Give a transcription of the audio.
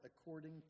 according